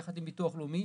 יחד עם ביטוח לאומי,